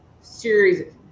series